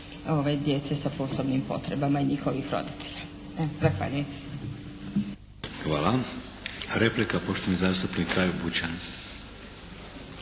djece sa posebnim potrebama i njihovih roditelja. Zahvaljujem. **Šeks, Vladimir (HDZ)** Hvala. Replika poštovani zastupnik Kajo Bućan.